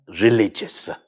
religious